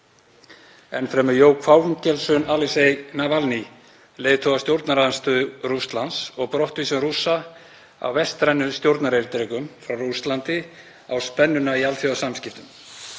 Enn fremur jók fangelsun Alexei Navalní, leiðtoga stjórnarandstöðu Rússlands, og brottvísun Rússa á vestrænum stjórnarerindrekum frá Rússlandi á spennuna í alþjóðasamskiptum.